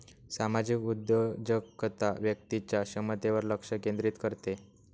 सामाजिक उद्योजकता व्यक्तीच्या क्षमतेवर लक्ष केंद्रित करते